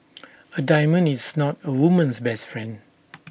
A diamond is not A woman's best friend